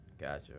gotcha